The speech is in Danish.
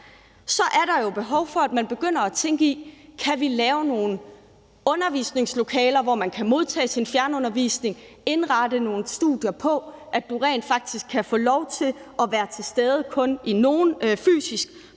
så er der jo behov for, at man begynder at tænke i: Kan vi lave nogle undervisningslokaler, hvor man kan modtage sin fjernundervisning, og indrette nogle studier på, at du rent faktisk kan få lov til kun at være til stede fysisk